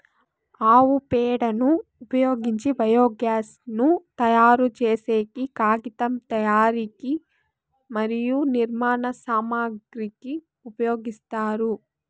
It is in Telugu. ఆవు పేడను ఉపయోగించి బయోగ్యాస్ ను తయారు చేసేకి, కాగితం తయారీకి మరియు నిర్మాణ సామాగ్రి కి ఉపయోగిస్తారు